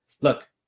Look